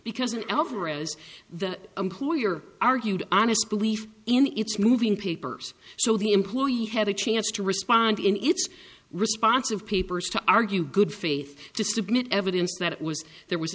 alvarez the employer argued honest belief in its moving papers so the employee had a chance to respond in its responsive papers to argue good faith to submit evidence that it was there was